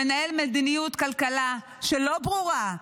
המנהל מדיניות כלכלה שלא ברורה,